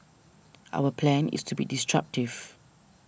our plan is to be disruptive